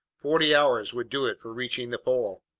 forty hours would do it for reaching the pole.